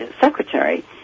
secretary